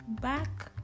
back